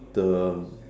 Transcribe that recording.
the